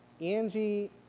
Angie